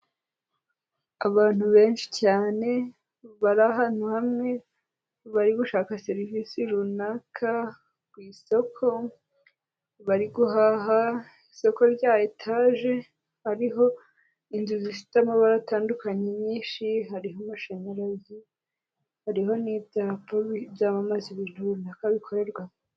Abantu benshi cyane bari ahantu hamwe bari gushaka serivisi runaka ku isoko, bari guhaha isoko rya etaje, hariho inzu zifite amabara atandukanye nyinshi, hariho amashanyarazi, hariho n'ibyapa byamamaza ibintu runaka bikorerwa aho.